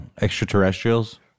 extraterrestrials